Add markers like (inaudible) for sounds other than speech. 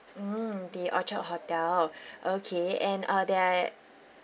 mm the orchard hotel (breath) okay and uh there